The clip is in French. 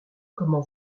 comment